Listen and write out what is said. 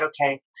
okay